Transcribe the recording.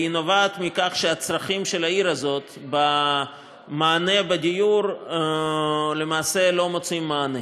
היא נובעת מכך שהצרכים של העיר הזאת בדיור למעשה לא מוצאים מענה.